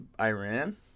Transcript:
Iran